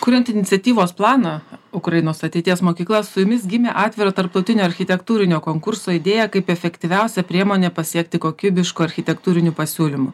kuriant iniciatyvos planą ukrainos ateities mokykla su jumis gimė atviro tarptautinio architektūrinio konkurso idėja kaip efektyviausia priemonė pasiekti kokybiškų architektūrinių pasiūlymų